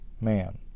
man